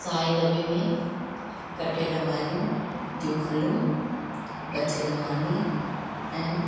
साए दॿे में कटियल भाॼियूं जो खलूं बचियल मानी ऐं